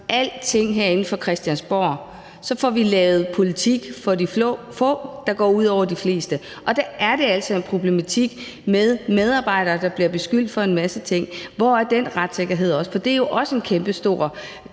alting herinde fra Christiansborg, får vi lavet politik for de få, der går ud over de fleste. Og der er der altså en problematik med medarbejdere, der bliver beskyldt for en masse ting. Hvor er deres retssikkerhed? For det er jo også en kæmpestor